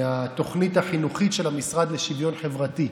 מהתוכנית החינוכית של המשרד לשוויון חברתי,